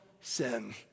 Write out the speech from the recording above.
sin